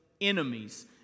enemies